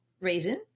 raisin